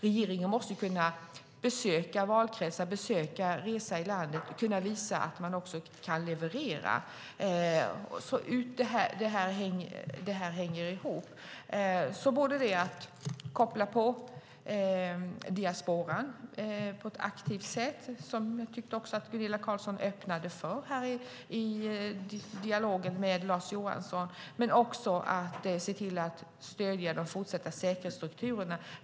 Regeringen måste kunna besöka valkretsar, resa i landet och kunna visa att man också kan leverera. Detta hänger ihop. Man måste alltså koppla på diasporan på ett aktivt sätt, vilket jag tyckte att Gunilla Carlsson öppnade för i dialogen med Lars Johansson, men också se till att stödja de fortsatta säkerhetsstrukturerna.